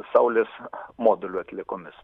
saulės modulių atliekomis